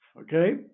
Okay